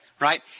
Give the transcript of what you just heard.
Right